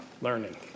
learning